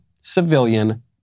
civilian